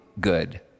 good